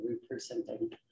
representing